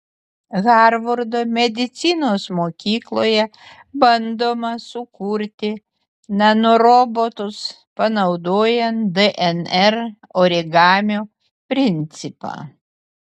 harvardo medicinos mokykloje bandoma sukurti nanorobotus panaudojant dnr origamio principą